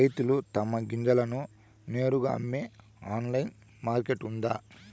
రైతులు తమ గింజలను నేరుగా అమ్మే ఆన్లైన్ మార్కెట్ ఉందా?